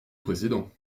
précédent